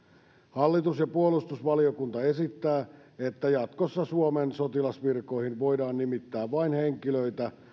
hallitus ja puolustusvaliokunta esittää että jatkossa suomen sotilasvirkoihin voidaan nimittää vain henkilöitä